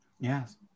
Yes